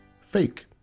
fake